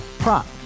Prop